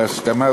בהסכמה,